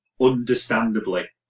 understandably